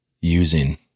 using